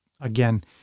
again